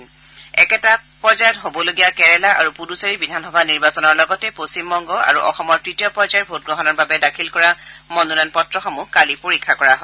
একেদৰে একেটা পৰ্যায়ত হবলগীয়া কেৰালা আৰু পুডুচেৰী বিধানসভা নিৰ্বাচনৰ লগতে পশ্চিমবংগ আৰু অসমৰ তৃতীয় পৰ্যায়ৰ ভোটগ্ৰহণৰ বাবে দাখিল কৰা মনোনয়ন পত্ৰসমূহ কালি পৰীক্ষা কৰা হয়